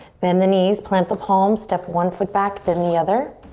bend the knees, plant the palms, step once look back then the other.